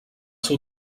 ser